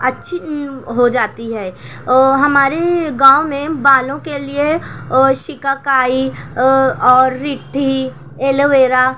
اچھی ہو جاتی ہے اور ہمارے گاؤں میں بالوں کے لیے شیکا کائی اور ریٹھی ایلوویرا